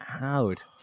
out